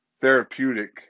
therapeutic